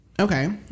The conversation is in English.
okay